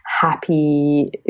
happy